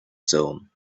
zone